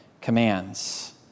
commands